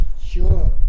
sure